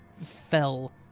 fell